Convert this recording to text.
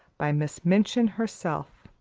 by miss minchin herself.